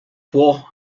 può